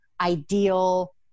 ideal